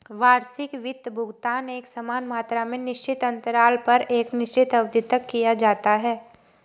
वार्षिक वित्त भुगतान एकसमान मात्रा में निश्चित अन्तराल पर एक निश्चित अवधि तक किया जाता है